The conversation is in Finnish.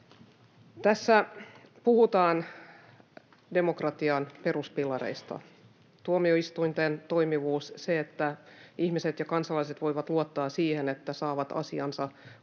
Tässä puhutaan demokratian peruspilareista. Tuomioistuinten toimivuus, se että ihmiset ja kansalaiset voivat luottaa siihen, että saavat asiansa